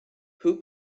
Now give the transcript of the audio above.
who